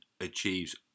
achieves